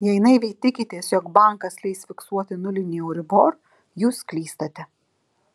jei naiviai tikitės jog bankas leis fiksuoti nulinį euribor jūs klystate